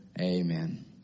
Amen